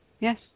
Yes